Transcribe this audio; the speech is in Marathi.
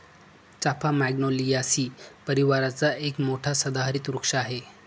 चाफा मॅग्नोलियासी परिवाराचा एक मोठा सदाहरित वृक्ष आहे